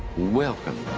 welcome.